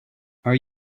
are